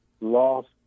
lost